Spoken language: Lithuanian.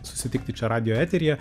susitikti čia radijo eteryje